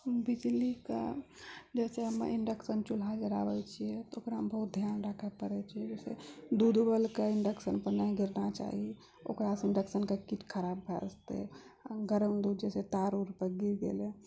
बिजली का जैसे हम इन्डक्शन चूल्हा जराबै छियै तऽ ओकरामे बहुत ध्यान राखै पड़े छै दूध उबल कर इन्डक्शनपर नहि गिरना चाही ओकरासँ इन्डक्शन कऽ किट खराब भयऽ जेते गरम दूध जैसे तार उर पऽर गिर गेले